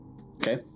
Okay